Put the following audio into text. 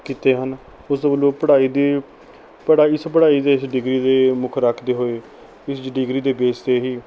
ਕੀਤੇ ਹਨ ਉਸ ਵੱਲੋਂ ਪੜ੍ਹਾਈ ਦੇ ਪੜਾਈਸ ਪੜ੍ਹਾਈ ਦੇ ਡਿਗਰੀ ਦੇ ਮੁੱਖ ਰੱਖਦੇ ਹੋਏ ਇਸ ਡਿਗਰੀ ਦੇ ਬੇਸ 'ਤੇ ਹੀ